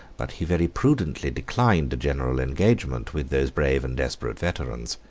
but he very prudently declined a general engagement with those brave and desperate veterans.